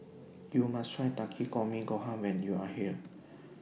YOU must Try Takikomi Gohan when YOU Are here